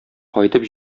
кайтып